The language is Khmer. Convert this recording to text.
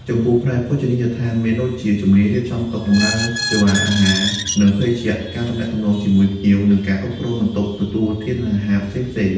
ចំពោះ ផ្នែកភោជនីយដ្ឋាន មានដូចជាជំនាញរៀបចំតុ បម្រើសេវាអាហារ និងភេសជ្ជៈ ការទំនាក់ទំនងជាមួយភ្ញៀវ និងការគ្រប់គ្រងបន្ទប់ទទួលទានអាហារផ្សេងៗ។